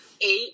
eight